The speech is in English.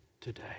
today